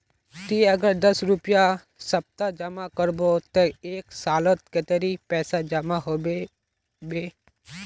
ती अगर दस रुपया सप्ताह जमा करबो ते एक सालोत कतेरी पैसा जमा होबे बे?